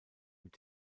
mit